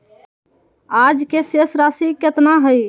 आज के शेष राशि केतना हइ?